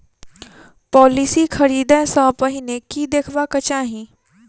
Policy खरीदै सँ पहिने की देखबाक चाहि?